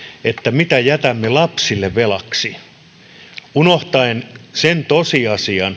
mitä jätämme lapsille velaksi unohdamme sen tosiasian